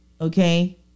Okay